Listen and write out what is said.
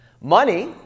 Money